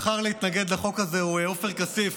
מדהים שהיחיד שבחר להתנגד לחוק הזה הוא עופר כסיף,